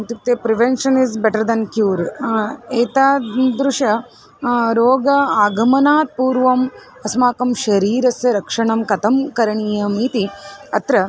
इत्युक्ते prevention is better than cure एतादृशं रोगस्य आगमनात् पूर्वम् अस्माकं शरीरस्य रक्षणं कथं करणीयम् इति अत्र